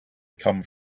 come